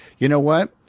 you know what?